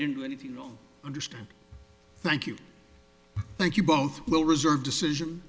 didn't do any of you know understand thank you thank you both will reserve decision